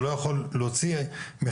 הוא לא יכול להוציא מכרז,